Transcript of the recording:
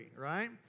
right